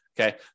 Okay